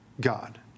God